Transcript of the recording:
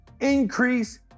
increase